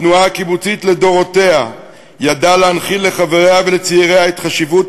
התנועה הקיבוצית לדורותיה ידעה להנחיל לחבריה ולצעיריה את חשיבות